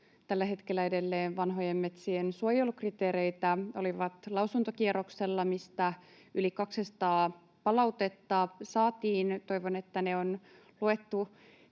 tällä hetkellä edelleen vanhojen metsien suojelukriteereitä. Ne olivat lausuntokierroksella, mistä yli 200 palautetta saatiin. Toivon, että ne on luettu